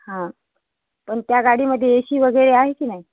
हा पण त्या गाडीमध्ये ए सी वगैरे आहे की नाही